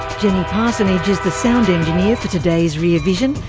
jenny parsonage is the sound engineer for today's rear vision.